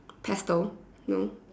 pestle no